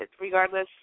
regardless